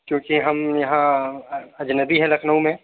کیونکہ ہم یہاں اجنبی ہیں لکھنؤ میں